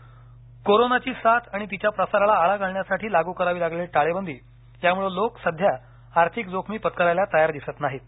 बचत कोरोनाची साथ आणि तिच्या प्रसाराला आळा घालण्यासाठी लागू करावी लागलेली टाळेबंदी यामुळे लोक सध्या आर्थिक जोखमी पत्करायला तयार दिसत नाहीत नाहीत